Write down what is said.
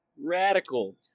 Radical